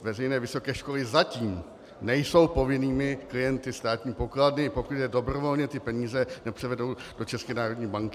Veřejné vysoké školy zatím nejsou povinnými klienty státní pokladny, pokud dobrovolně peníze nepřevedou do České národní banky.